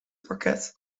parket